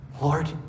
Lord